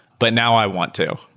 but now i want to.